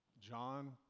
John